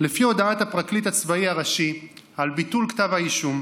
לפי הודעת הפרקליט הצבאי הראשי על ביטול כתב האישום,